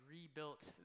rebuilt